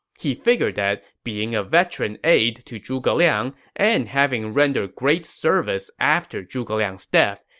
he figured that being a veteran aide to zhuge liang and having rendered great service after zhuge liang's death,